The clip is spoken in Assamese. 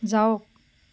যাওক